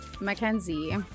Mackenzie